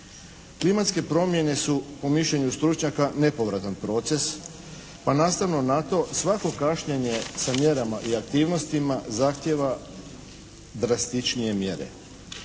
Klimatske promjene su po mišljenju stručnjaka nepovratan proces pa nastavno na to svako kašnjenje sa mjerama i aktivnostima zahtijeva drastičnije mjere.